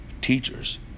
Teachers